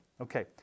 Okay